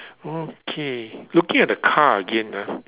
okay looking at the car again ah